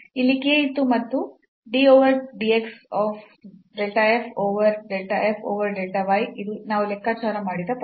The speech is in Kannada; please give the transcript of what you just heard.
ಇಲ್ಲಿ k ಇತ್ತು ಮತ್ತು d over dx of del f over del f over del y ಇದು ನಾವು ಲೆಕ್ಕಾಚಾರ ಮಾಡಿದ ಪದ